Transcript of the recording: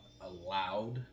allowed